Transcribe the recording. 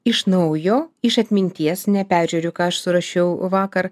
iš naujo iš atminties neperžiūriu ką aš surašiau vakar